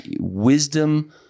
wisdom